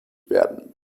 werden